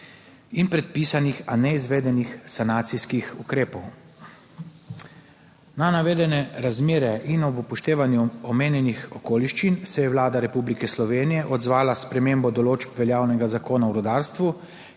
in predpisanih, a neizvedenih sanacijskih ukrepov. Na navedene razmere in ob upoštevanju omenjenih okoliščin se je Vlada Republike Slovenije odzvala s spremembo določb veljavnega Zakona o rudarstvu,